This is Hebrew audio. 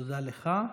תודה לך.